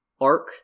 arc